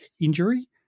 injury